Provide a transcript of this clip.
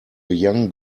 young